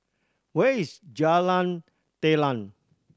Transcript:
where is Jalan Telang